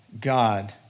God